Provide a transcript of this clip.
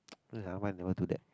ya why never do that